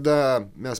tada mes